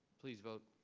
please vote.